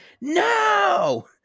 no